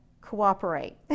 cooperate